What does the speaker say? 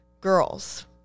girls